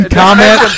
comment